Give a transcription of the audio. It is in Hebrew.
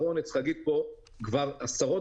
צריך לראות איך אנחנו דואגים שלרוכבים מתקדמים תהיה גם הכשרה